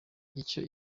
icyo